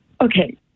Okay